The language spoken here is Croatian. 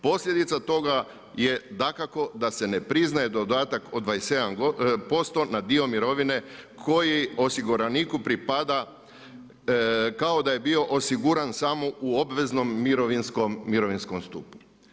Posljedica toga je dakako da se ne priznaje dodatak od 27% na dio mirovine koji osiguraniku pripada kao da je bio osiguran samo u obveznom mirovinskom stupu.